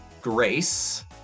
Grace